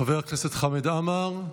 חבר הכנסת חמד עמאר,